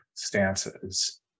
stances